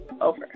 over